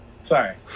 Sorry